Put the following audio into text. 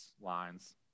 lines